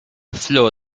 floor